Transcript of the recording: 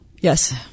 Yes